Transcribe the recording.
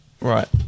Right